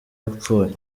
yapfuye